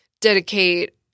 dedicate